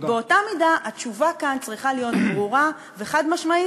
באותה מידה התשובה כאן צריכה להיות ברורה וחד-משמעית,